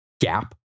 gap